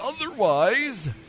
otherwise